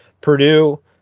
purdue